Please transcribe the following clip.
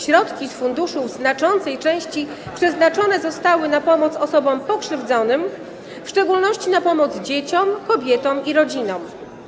Środki z funduszu w znaczącej części przeznaczone zostały na pomoc osobom pokrzywdzonym, w szczególności na pomoc dzieciom, kobietom i rodzicom.